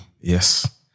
Yes